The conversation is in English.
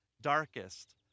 darkest